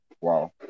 wow